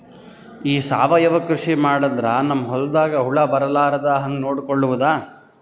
ಈ ಸಾವಯವ ಕೃಷಿ ಮಾಡದ್ರ ನಮ್ ಹೊಲ್ದಾಗ ಹುಳ ಬರಲಾರದ ಹಂಗ್ ನೋಡಿಕೊಳ್ಳುವುದ?